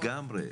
לגמרי.